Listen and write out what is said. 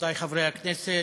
רבותי חברי הכנסת,